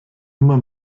immer